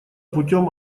путем